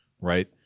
right